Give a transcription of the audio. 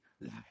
life